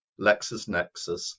LexisNexis